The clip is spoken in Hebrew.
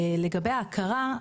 לגבי ההכרה,